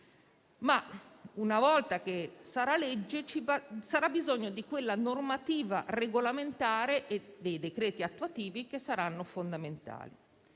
una volta che sarà legge, ci sarà bisogno di quella normativa regolamentare e dei decreti attuativi che saranno fondamentali.